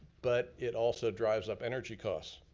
but it also drives up energy costs.